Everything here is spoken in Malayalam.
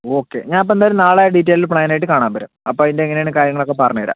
ഓക്കെ ഞാൻ അപ്പം എന്തായാലും നാളെ ഡീറ്റൈൽഡ് പ്ലാനുമായിട്ട് കാണാൻ വരാം അപ്പം അതിൻ്റെ എങ്ങനെയാണ് കാര്യങ്ങളെന്നൊക്കെ പറഞ്ഞു തരാം